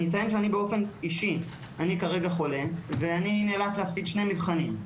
אני אציין שאני באופן אישי כרגע חולה ואני נאלץ להפסיד שני מבחנים.